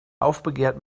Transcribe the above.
aufbegehrt